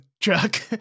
truck